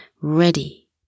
ready